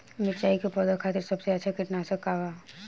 मिरचाई के पौधा खातिर सबसे अच्छा कीटनाशक का बा?